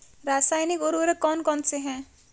रासायनिक उर्वरक कौन कौनसे हैं?